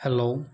hello